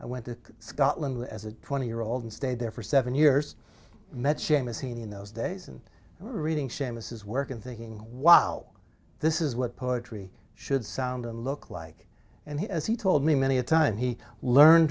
i went to scotland as a twenty year old and stayed there for seven years met seamus heaney in those days and reading seamus's work and thinking wow this is what poetry should sound and look like and he as he told me many a time he learned